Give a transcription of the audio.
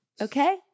Okay